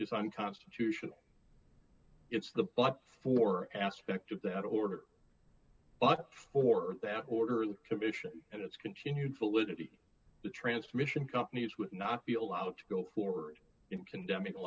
is unconstitutional it's the but for aspect of that order but for that order the commission and its continued solidity the transmission companies would not be allowed to go forward in condemning